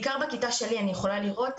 בעיקר בכיתה שלי אני יכולה לראות,